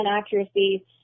accuracy